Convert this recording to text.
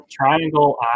Triangle